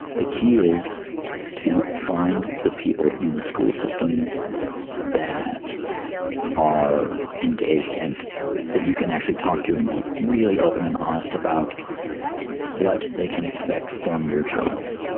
the key is to find the people in the school systems that are engaged and that you can actually talk to and be really open and honest about what they can expect from your child.